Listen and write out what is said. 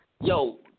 Yo